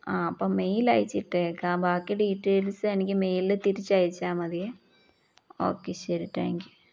ആ അപ്പം മെയിയില അയച്ചിട്ടേക്ക ബാക്കി ഡീറ്റെയിൽസ് എനിക്ക് മെല് തിരിച്ചയച്ചാ മതിയ ഓക്കെ ശെരി താങ്ക്യൂ